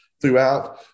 throughout